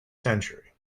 century